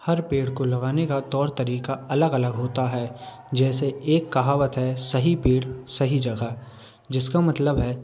हर पेड़ को लगाने का तौर तरीका अलग अलग होता है जैसे एक कहावत है सही पेड़ सही जगह जिसका मतलब है